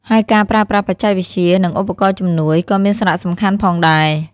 ហើយការប្រើប្រាស់បច្ចេកវិទ្យា និងឧបករណ៍ជំនួយ ក៏មានសារៈសំខាន់ផងដែរ។